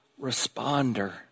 responder